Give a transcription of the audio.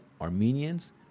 Armenians